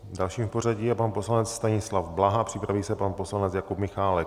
Dalším v pořadí je pan poslanec Stanislav Blaha, připraví se pan poslanec Jakub Michálek.